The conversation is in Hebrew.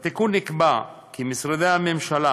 בתיקון נקבע כי משרדי הממשלה,